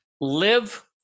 Live